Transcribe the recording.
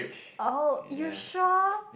oh you sure